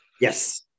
Yes